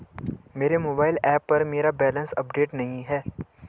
मेरे mobile app पर मेरा बैलेंस अपडेट नहीं है